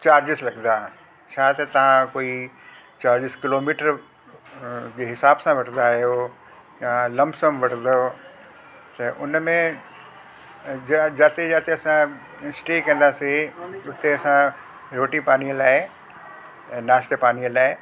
charges लॻंदा छा त तव्हां कोई चार्जिस किलोमीटर जे हिसाब सां वठंदा आहियो या लमसम वठंदो त उन में जा जाते जाते असां स्टे कंदासीं हुते असां रोटी पाणीअ लाइ नाश्ते पाणीअ लाइ